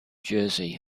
jersey